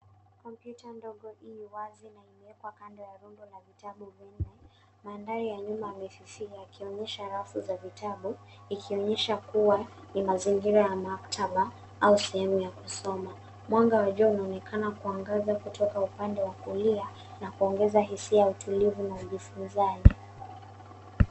Kompyuta ndogo i wazi na imeekwa kando ya rundo la vitabu vinne. Mandhari ya nyuma yamefifia, yakionyesha rafu za vitabu, ikionyesha kua ni mazingira ya maktaba au sehemu ya kusoma. Mwanga wa jua unaonekana kuangaza kutoka upande wa kulia, na kuongeza hisia ya utulivu na ujifunzaji.